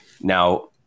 Now